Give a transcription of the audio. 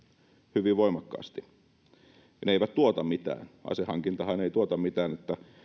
hyvin voimakkaasti ne eivät tuota mitään asehankintahan ei tuota mitään